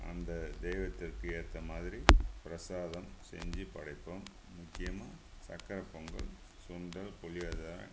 அந்த தெய்வத்திற்கு ஏற்ற மாதிரி பிரசாதம் செஞ்சு படைப்போம் முக்கியமாக சக்கரைப் பொங்கல் சுண்டல் புளியோதரை